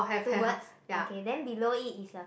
two birds okay then below it is a